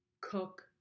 cook